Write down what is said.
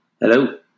Hello